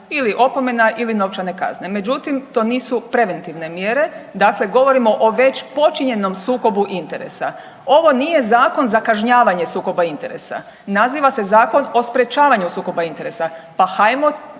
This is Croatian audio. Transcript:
ili opomena ili novčane kazne, međutim to nisu preventivne mjere, dakle govorimo o već počinjenom sukobu interesa. Ovo nije zakon za kažnjavanje sukoba interesa, naziva se Zakon o sprječavanju sukoba interesa, pa hajmo